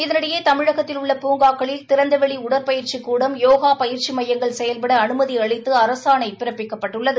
இதனிடையே தமிழகத்தில் உள்ள பூங்காக்களில் திறந்த வெளி உடற்பயிற்சிக் கூடம் யோகா பயிற்சி மையங்கள் செயல்பட அனுமதி அளித்து அரசாணை பிறப்பிக்கப்பட்டுள்ளது